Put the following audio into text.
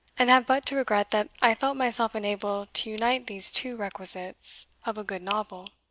and have but to regret that i felt myself unable to unite these two requisites of a good novel.